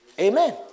Amen